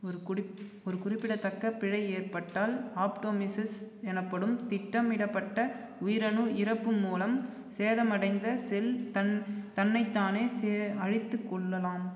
ஒரு ஒரு குறிப்பிடத்தக்க பிழை ஏற்பட்டால் ஆப்டோமிசிஸ் எனப்படும் திட்டமிடப்பட்ட உயிரணு இறப்பு மூலம் சேதமடைந்த செல் தன்னை தன்னைத்தானே அழித்துக் கொள்ளலாம்